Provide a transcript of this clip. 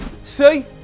See